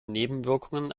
nebenwirkungen